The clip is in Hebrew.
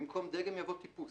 במקום "דגם" יבוא "טיפוס",